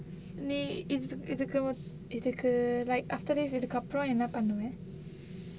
நீ இதுக்கு இதுக்கு இதுக்கு:nee ithukku ithukku ithukku like after this இதுக்கு அப்புறம் என்ன பண்ணுவ:ithukku appuram enna pannuva